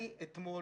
אני אתמול,